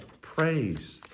praise